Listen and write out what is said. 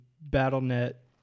Battle.net